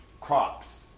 crops